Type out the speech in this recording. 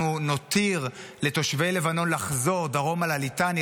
אנחנו נתיר לתושבי לבנון לחזור דרומה לליטני,